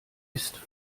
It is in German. ist